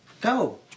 Go